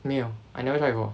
没有 I never try before